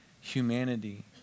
humanity